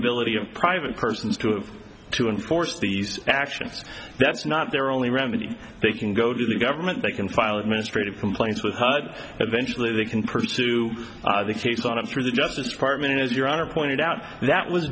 ability of private persons to have to enforce these actions that's not their only remedy they can go to the government they can file administrative complaints with but eventually they can pursue the case on him through the justice department as your honor pointed out that was